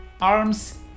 arms